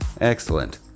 Excellent